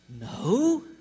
No